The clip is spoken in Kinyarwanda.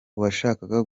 uwashaka